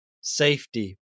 safety